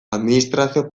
administrazio